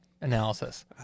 analysis